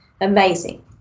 Amazing